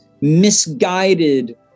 misguided